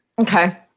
Okay